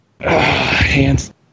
hands